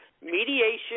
mediation